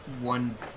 one